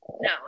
no